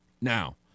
Now